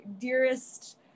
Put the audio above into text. dearest